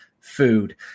food